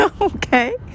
Okay